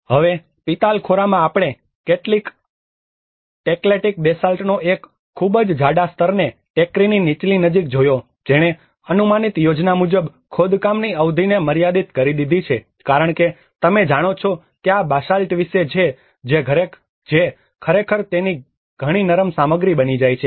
હવે પિતાલખોરામાં આપણે ખરેખર ટેકલેટીક બેસાલ્ટનો એક ખૂબ જ જાડા સ્તરને ટેકરીની નીચલી નજીક જોયો જેણે અનુમાનિત યોજના મુજબ ખોદકામની અવધિને મર્યાદિત કરી દીધી છે કારણ કે તમે જાણો છો કે આ બાસાલ્ટ વિશે છે જે ખરેખર તેની ઘણી નરમ સામગ્રી બની જાય છે